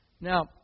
Now